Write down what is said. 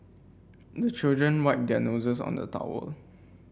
the children wipe their noses on the towel